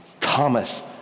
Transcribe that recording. Thomas